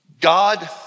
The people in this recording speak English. God